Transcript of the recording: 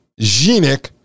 genic